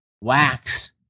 wax